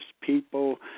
people